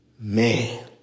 Man